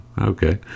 okay